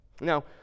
now